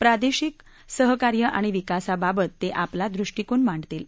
प्रादेशिक सहकार्य आणि विकासाबाबत ते आपला दृष्टिकोन मांडतील